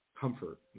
comfort